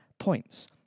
points